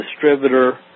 distributor